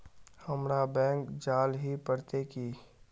हमरा बैंक जाल ही पड़ते की?